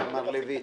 מר לויט.